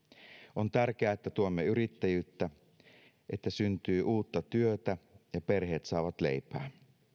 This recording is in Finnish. on tärkeää että tuomme yrittäjyyttä että syntyy uutta työtä ja perheet saavat leipää